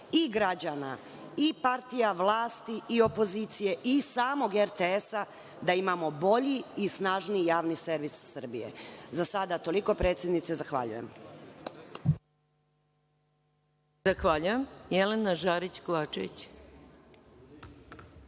i građana, i partija vlasti, i opozicije, i samog RTS-a, da imamo bolji i snažniji javni servis Srbije.Za sada toliko, predsednice zahvaljujem. **Maja Gojković**